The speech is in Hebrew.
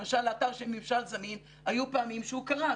למשל, האתר של ממשל זמין, היו פעמים שהוא קרס.